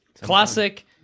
Classic